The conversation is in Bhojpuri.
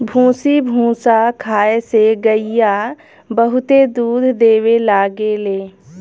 भूसी भूसा खाए से गईया बहुते दूध देवे लागेले